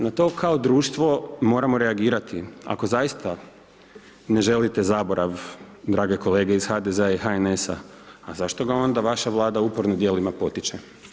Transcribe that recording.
Na to kao društvo moramo reagirati, ako zaista ne želite zaborav drage kolege iz HDZ-a i HNS-a a zašto ga onda vaša vlada uporno djelima potiče?